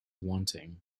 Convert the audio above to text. wanting